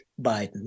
Biden